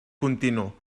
continu